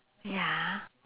ya